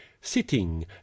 sitting